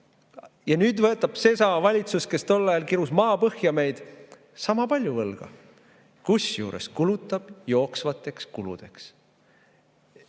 Ja nüüd võtab seesama valitsus, kes tol ajal kirus maapõhja meid, sama palju võlga – kusjuures kulutab seda jooksvateks kuludeks.